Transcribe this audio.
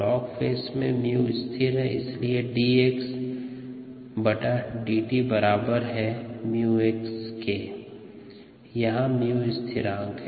log phase में 𝜇 स्थिर है इसलिए dxdt बराबर 𝜇𝑥 है 𝜇 यहां स्थिरांक है